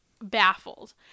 baffled